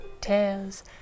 Tales